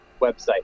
website